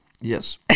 yes